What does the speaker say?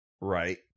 Right